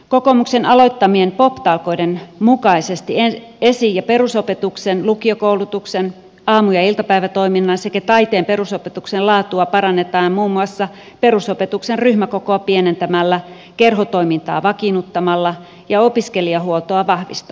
kokoomuksen aloittamien pop talkoiden mukaisesti esi ja perusopetuksen lukiokoulutuksen aamu ja iltapäivätoiminnan sekä taiteen perusopetuksen laatua parannetaan muun muassa perusopetuksen ryhmäkokoa pienentämällä kerhotoimintaa vakiinnuttamalla ja opiskelijahuoltoa vahvistamalla